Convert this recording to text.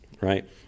right